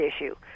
issue